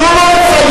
תנו לו לסיים.